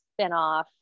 spinoff